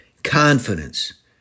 Confidence